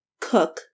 cook